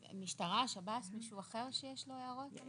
משטרה, שב"ס, מישהו אחר שיש לו הערות?